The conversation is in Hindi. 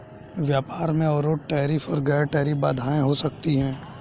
व्यापार में अवरोध टैरिफ और गैर टैरिफ बाधाएं हो सकती हैं